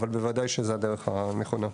אבל בוודאי שזו הדרך הנכונה.